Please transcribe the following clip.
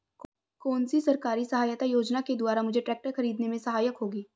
कौनसी सरकारी सहायता योजना के द्वारा मुझे ट्रैक्टर खरीदने में सहायक होगी?